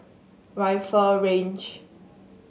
Rifle Range